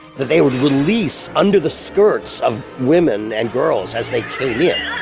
they would release under the skirts of women and girls as they came yeah